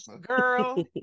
girl